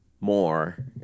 more